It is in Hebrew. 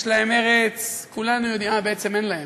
יש להם ארץ, כולנו יודעים, אה, בעצם אין להם.